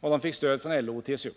och de fick stöd från LO och TCO.